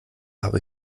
habe